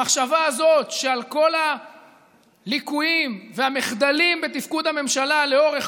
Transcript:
המחשבה הזאת שעל כל הליקויים והמחדלים בתפקוד הממשלה לאורך